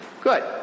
Good